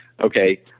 okay